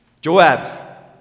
Joab